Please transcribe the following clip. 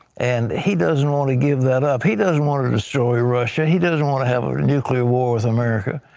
and he doesn't want to give that up. he doesn't want to to destroy russia, he doesn't want to have a nuclear war with america.